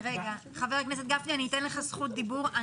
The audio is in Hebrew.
חבר הכנסת גפני, אני אתן לך זכות דיבור.